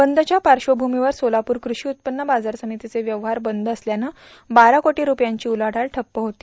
बंदच्या पार्श्वभूमीवर सोलापूर क्रषी उत्पन्न बाजासमितीचे व्यवहार बंद असल्यानं बारा कोटी रूपयांची उलाढाल ढप्प होती